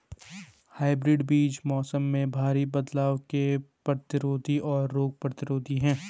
hybrid बीज मौसम में भारी बदलाव के प्रतिरोधी और रोग प्रतिरोधी हैं